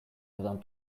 dudan